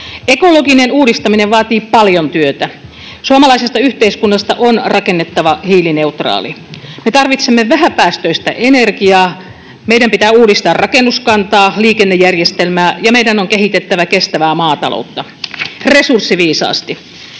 Ekologinen uudistaminen vaatii paljon työtä. Suomalaisesta yhteiskunnasta on rakennettava hiilineutraali. Me tarvitsemme vähäpäästöistä energiaa, meidän pitää uudistaa rakennuskantaa, liikennejärjestelmää, ja meidän on kehitettävä kestävää maataloutta resurssiviisaasti.